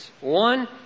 One